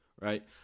right